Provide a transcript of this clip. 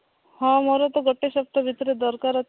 ହଁ ମୋର ତ ଗୋଟେ ସପ୍ତାହ ଭିତରେ ଦରକାର ଅଛି ଆଉ